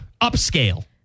upscale